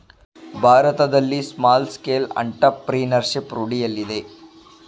ಭಾರತದಲ್ಲಿ small scale entrepreneurship ರೂಢಿಯಲ್ಲಿದೆ